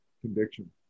conviction